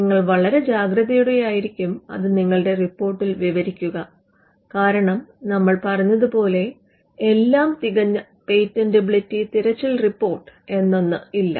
നിങ്ങൾ വളരെ ജാഗ്രതയോടെ ആയിരിക്കും അത് നിങ്ങളുടെ റിപ്പോർട്ടിൽ വിവരിക്കുക കാരണം നമ്മൾ പറഞ്ഞത് പോലെ എല്ലാം തികഞ്ഞ പേറ്റന്റെബിലിറ്റി തിരച്ചിൽ റിപ്പോർട്ട് എന്നൊന്നില്ല